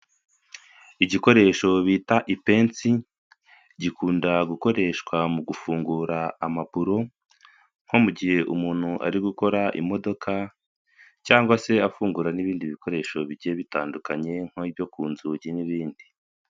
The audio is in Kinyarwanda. Igikoresho bita ipensi gikunda gukoreshwa mu gufungura amaburo nko mu gihe umuntu ari gukora imodoka cyangwa se afungura n'ibindi bikoresho bigiye bitandukanye nk'ibyo ku nzugi n'ibindi.